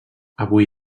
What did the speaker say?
avui